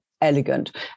elegant